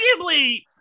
arguably